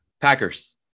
packers